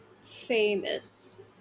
famous